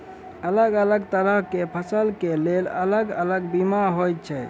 अलग अलग तरह केँ फसल केँ लेल अलग अलग बीमा होइ छै?